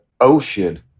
ocean